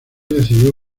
decidió